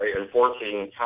enforcing